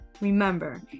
Remember